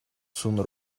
soon